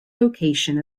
location